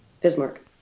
Bismarck